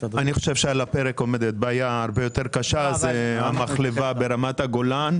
אני חושב שעל הפרק עומדת בעיה הרבה יותר קשה וזה המחלבה ברמת הגולן.